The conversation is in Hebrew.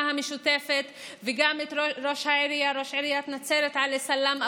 המשותפת וגם ראש עיריית נצרת עלי סלאם,